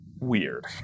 weird